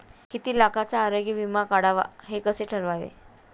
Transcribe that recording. किती लाखाचा आरोग्य विमा काढावा हे कसे ठरवावे?